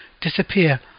disappear